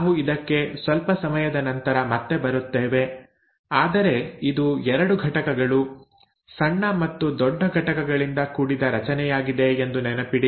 ನಾವು ಇದಕ್ಕೆ ಸ್ವಲ್ಪ ಸಮಯದ ನಂತರ ಮತ್ತೆ ಬರುತ್ತೇವೆ ಆದರೆ ಇದು 2 ಘಟಕಗಳು ಸಣ್ಣ ಮತ್ತು ದೊಡ್ಡ ಘಟಕಗಳಿಂದ ಕೂಡಿದ ರಚನೆಯಾಗಿದೆ ಎಂದು ನೆನಪಿಡಿ